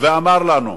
ואמר לנו,